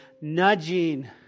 nudging